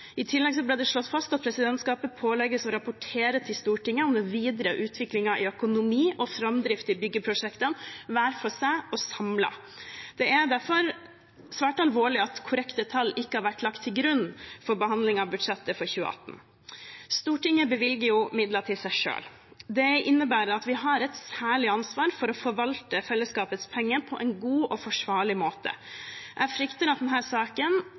I tillegg ble det slått fast at presidentskapet «pålegges å rapportere til Stortinget om den videre utviklingen i økonomi og framdrift i byggeprosjektene hver for seg og samlet». Det er derfor svært alvorlig at korrekte tall ikke har vært lagt til grunn for behandlingen av budsjettet for 2018. Stortinget bevilger jo midler til seg selv. Det innebærer at vi har et særlig ansvar for å forvalte fellesskapets penger på en god og forsvarlig måte. Jeg frykter at